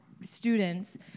students